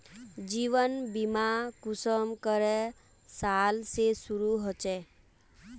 जीवन बीमा कुंसम करे साल से शुरू होचए?